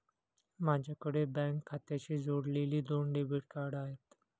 माझ्याकडे बँक खात्याशी जोडलेली दोन डेबिट कार्ड आहेत